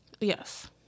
Yes